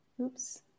oops